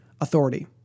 authority